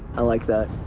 i like that.